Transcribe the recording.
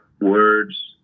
words